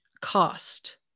cost